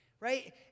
Right